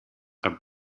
are